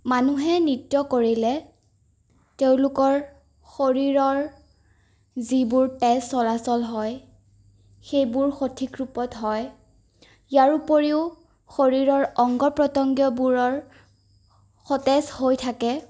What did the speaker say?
মানুহে নৃত্য কৰিলে তেওঁলোকৰ শৰীৰৰ যিবোৰ তেজ চলাচল হয় সেইবোৰ সঠিক ৰূপত হয় ইয়াৰ উপৰিও শৰীৰৰ অংগ প্ৰত্যংগবোৰৰ সতেজ হৈ থাকে